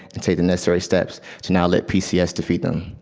and take the necessary steps to not let pcs defeat them.